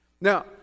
Now